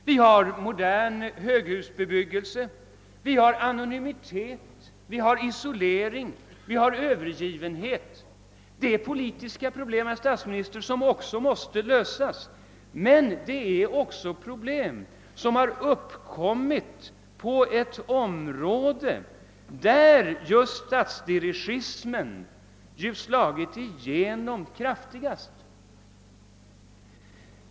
Vi har modern höghusbebyggelse, vi har anonymitet, vi har isolering, vi har övergivenhet. Det är politiska problem, herr statsminister, som också måste lösas — och det är problem som uppkommit på det område där statsdirigismen slagit igenom kraftigast.